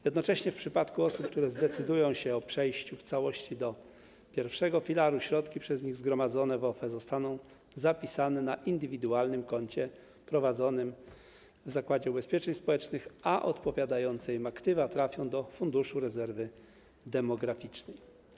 Jedocześnie w przypadku osób, które zdecydują się na przejście w całości do I filaru, środki przez nich zgromadzone w OFE zostaną zapisane na indywidualnym koncie prowadzonym w Zakładzie Ubezpieczeń Społecznych, a odpowiadające im aktywa trafią do Funduszu Rezerwy Demograficznej.